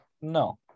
no